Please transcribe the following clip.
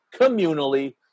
communally